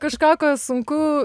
kažką kas sunku